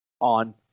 on